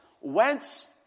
Whence